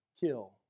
kill